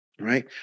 right